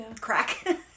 crack